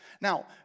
Now